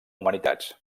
humanitats